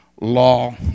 law